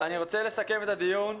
אני רוצה לסכם את הדיון.